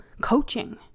coaching